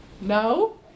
No